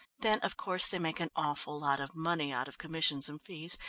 then, of course, they make an awful lot of money out of commissions and fees,